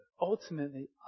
Ultimately